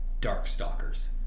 Darkstalkers